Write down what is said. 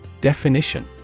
Definition